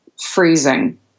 freezing